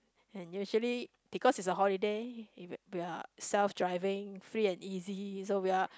and usually because it's a holiday if we are self driving free and easy so we are